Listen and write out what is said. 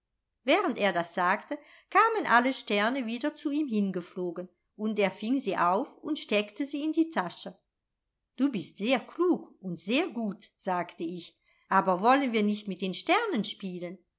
während er das sagte kamen alle sterne wieder zu ihm hingeflogen und er fing sie auf und steckte sie in die tasche du bist sehr klug und sehr gut sagte ich aber wollen wir nicht mit den sternen spielen